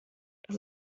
das